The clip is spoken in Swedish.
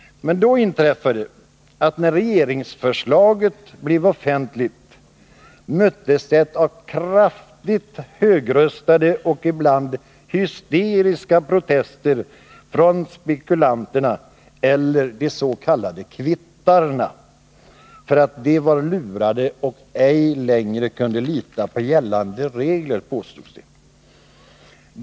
Men när regeringens förslag blev offentligt möttes det av kraftigt högröstade och ibland hysteriska protester från spekulanterna eller de s.k. kvittarna. De var lurade och kunde ej längre lita på gällande regler, påstods det.